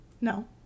No